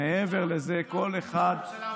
זאת לא המדיניות של הממשלה.